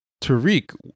Tariq